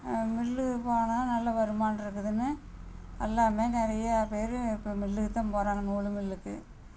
mill போனால் நல்ல வருமான இருக்குதுன்னு எல்லாமே நிறையா பேர் இப்போ மில்லுக்கு தான் போகிறாங்க நூலு மில்லுக்கு